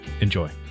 Enjoy